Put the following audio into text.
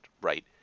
right